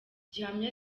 gihamya